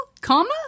comma